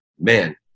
man